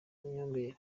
nyomberi